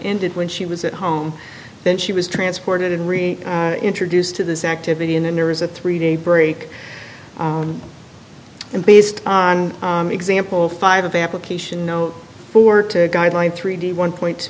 ended when she was at home then she was transported in re introduced to this activity and there is a three day break in based on example five of application no four to guideline three d one point